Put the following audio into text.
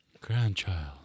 Grandchild